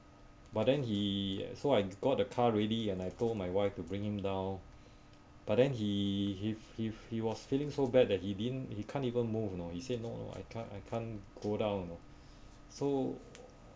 but then he so I got the car ready and I told my wife to bring him down but then he he he he was feeling so bad that he didn't he can't even move you know he said no I can't I can't go down you know so